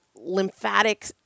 lymphatic